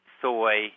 soy